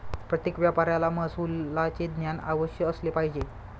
प्रत्येक व्यापाऱ्याला महसुलाचे ज्ञान अवश्य असले पाहिजे